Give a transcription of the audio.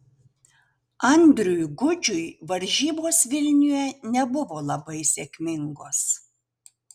andriui gudžiui varžybos vilniuje nebuvo labai sėkmingos